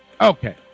Okay